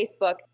Facebook